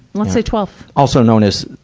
let's say twelfth. also known as,